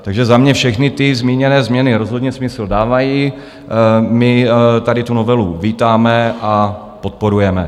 Takže za mě všechny ty zmíněné změny rozhodně smysl dávají, my tady tu novelu vítáme a podporujeme.